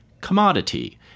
commodity